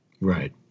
Right